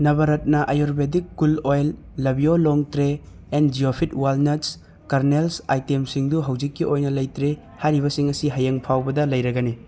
Navratna ayurvedic cool oil ꯂꯕꯤꯌꯣꯡ ꯂꯣꯡ ꯇ꯭ꯔꯦ ꯑꯦꯟ ꯖꯤꯑꯣꯐꯤꯠ ꯋꯥꯜꯅꯠꯁ ꯀꯔꯅꯦꯜꯁ ꯑꯥꯏꯇꯦꯝꯁꯤꯡꯗꯨ ꯍꯧꯖꯤꯛꯀꯤ ꯑꯣꯏꯅ ꯂꯩꯇ꯭ꯔꯦ ꯍꯥꯏꯔꯤꯕꯁꯤꯡ ꯑꯁꯤ ꯍꯌꯦꯡ ꯐꯥꯎꯕꯗ ꯂꯩꯔꯒꯅꯤ